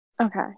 Okay